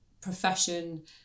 profession